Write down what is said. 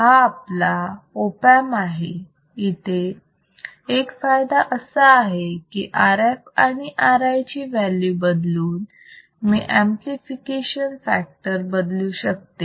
हा आपला op amp आहे इथे एक फायदा असा आहे की RF आणि RI ची व्हॅल्यू बदलून मी अंपलिफिकेशन फॅक्टर बदलू शकते